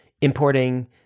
importing